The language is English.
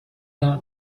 not